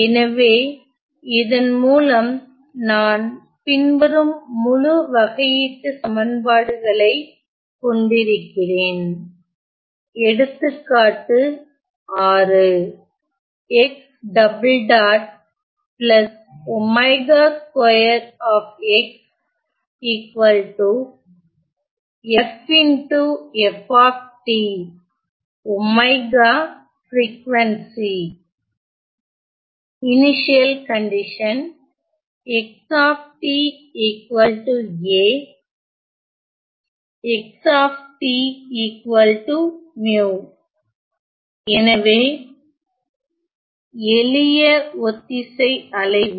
எனவே இதன் மூலம் நான் பின்வரும் முழு வகையீட்டுச் சமன்பாடுகள் ஐக் கொண்டிருக்கிறேன் எடுத்துக்காட்டு 6 எனவே எளிய ஒத்திசை அலைவி